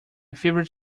favorite